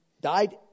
died